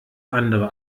andere